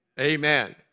Amen